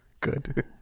Good